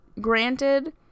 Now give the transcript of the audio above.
Granted